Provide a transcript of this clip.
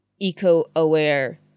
eco-aware